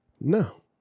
No